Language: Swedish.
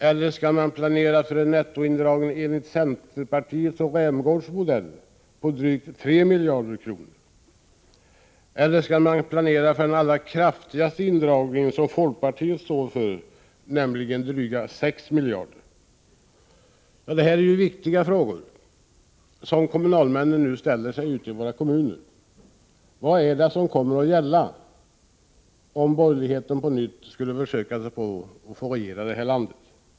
Eller skall vi planera för en nettoindragning enligt centerpartiets och Rämgårds modell på drygt 3 miljarder kronor? Eller skall vi planera för den allra kraftigaste indragningen, som folkpartiet står för, dryga 6 miljarder? Det här är ju viktiga frågor som kommunalmännen nu ställer sig. Vad är det som kommer att gälla, om borgerligheten på nytt skulle få försöka sig på att regera det här landet?